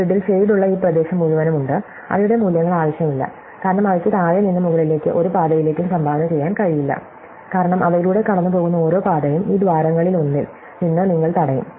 ഈ ഗ്രിഡിൽ ഷേഡുള്ള ഈ പ്രദേശം മുഴുവനും ഉണ്ട് അവയുടെ മൂല്യങ്ങൾ ആവശ്യമില്ല കാരണം അവയ്ക്ക് താഴെ നിന്ന് മുകളിലേക്ക് ഒരു പാതയിലേക്കും സംഭാവന ചെയ്യാൻ കഴിയില്ല കാരണം അവയിലൂടെ കടന്നുപോകുന്ന ഓരോ പാതയും ഈ ദ്വാരങ്ങളിലൊന്നിൽ നിന്ന് നിങ്ങൾ തടയും